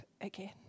again